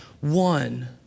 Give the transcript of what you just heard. one